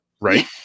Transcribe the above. Right